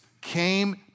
came